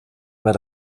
mit